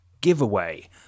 giveaway